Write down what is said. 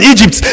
Egypt